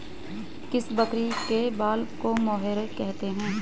किस बकरी के बाल को मोहेयर कहते हैं?